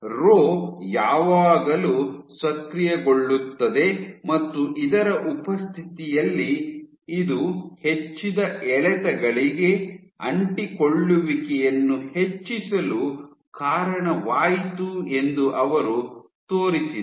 rho ಯಾವಾಗಲೂ ಸಕ್ರಿಯಗೊಳ್ಳುತ್ತದೆ ಮತ್ತು ಇದರ ಉಪಸ್ಥಿತಿಯಲ್ಲಿ ಇದು ಹೆಚ್ಚಿದ ಎಳೆತಗಳಿಗೆ ಅಂಟಿಕೊಳ್ಳುವಿಕೆಯನ್ನು ಹೆಚ್ಚಿಸಲು ಕಾರಣವಾಯಿತು ಎಂದು ಅವರು ತೋರಿಸಿದರು